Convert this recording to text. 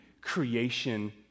creation